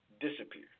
disappear